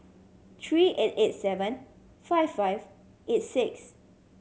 three eight eight seven five five eight six